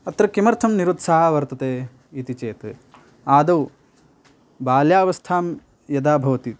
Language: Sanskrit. अत्र किमर्थं निरुत्साहः वर्तते इति चेत् आदौ बाल्यावस्था यदा भवति